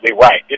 right